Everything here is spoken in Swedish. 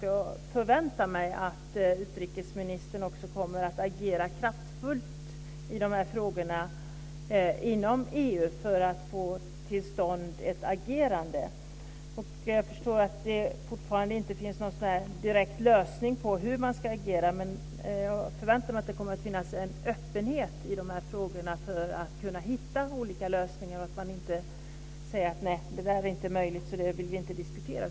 Jag förväntar mig att utrikesministern också kommer att agera kraftfullt inom EU för att få till stånd ett agerande. Jag förstår att det fortfarande inte finns någon direkt lösning när det gäller hur man ska agera, men jag förväntar mig att det kommer att finnas en öppenhet i de här frågorna för att kunna hitta olika lösningar. Man får inte säga: Nej, det där är inte möjligt, så det vill vi inte diskutera.